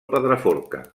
pedraforca